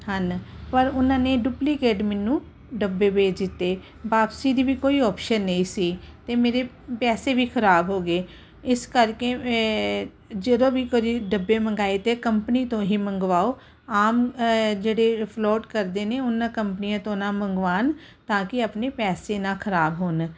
ਹਨ ਪਰ ਉਹਨਾਂ ਨੇ ਡੁਪਲੀਕੇਟ ਮੈਨੂੰ ਡੱਬੇ ਭੇਜ ਦਿੱਤੇ ਵਾਪਸੀ ਦੀ ਵੀ ਕੋਈ ਆਪਸ਼ਨ ਨਹੀਂ ਸੀ ਅਤੇ ਮੇਰੇ ਪੈਸੇ ਵੀ ਖ਼ਰਾਬ ਹੋ ਗਏ ਇਸ ਕਰਕੇ ਜਦੋਂ ਵੀ ਕੋਈ ਡੱਬੇ ਮੰਗਾਏ ਤਾਂ ਕੰਪਨੀ ਤੋਂ ਹੀ ਮੰਗਵਾਓ ਆਮ ਜਿਹੜੇ ਫਲੋਟ ਕਰਦੇ ਨੇ ਉਹਨਾਂ ਕੰਪਨੀਆਂ ਤੋਂ ਨਾ ਮੰਗਵਾਉਣ ਤਾਂ ਕਿ ਆਪਣੇ ਪੈਸੇ ਨਾ ਖ਼ਰਾਬ ਹੋਣ